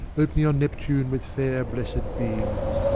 opening on neptune with fair blessed beams,